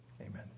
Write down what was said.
amen